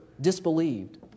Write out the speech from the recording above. disbelieved